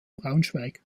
braunschweig